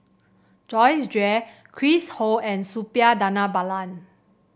Joyce Jue Chris Ho and Suppiah Dhanabalan